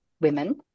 women